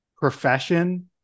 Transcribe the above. Profession